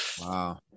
Wow